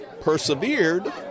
persevered